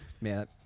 man